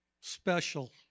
special